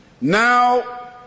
now